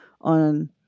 on